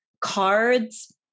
cards